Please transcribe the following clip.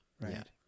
Right